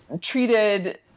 treated